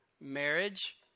Marriage